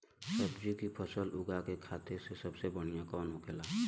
सब्जी की फसल उगा में खाते सबसे बढ़ियां कौन होखेला?